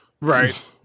Right